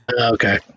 okay